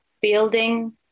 building